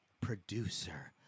producer